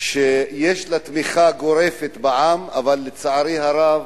שיש לה תמיכה גורפת בעם, אבל לצערי הרב